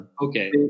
Okay